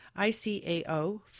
ICAO